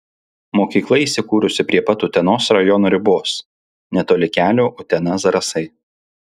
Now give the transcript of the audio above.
mokykla įsikūrusi prie pat utenos rajono ribos netoli kelio utena zarasai